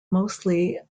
mostly